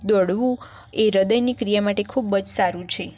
દોડવું એ હૃદયની ક્રિયા માટે ખૂબ જ સારું છે